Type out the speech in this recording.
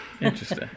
interesting